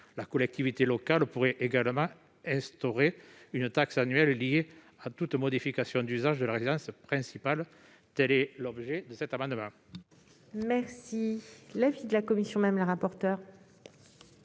La collectivité locale pourrait également instaurer une taxe annuelle liée à toute modification d'usage de la résidence principale. Tel est l'objet de cet amendement. Quel est l'avis de la commission des affaires